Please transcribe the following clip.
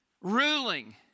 ruling